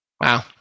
Wow